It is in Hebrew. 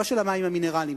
לא של המים המינרליים,